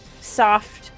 soft